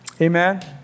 Amen